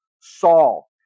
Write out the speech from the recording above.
Saul